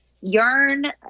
Yarn